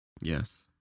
Yes